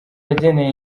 yageneye